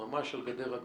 ממש על גדר הגבול.